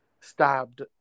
stabbed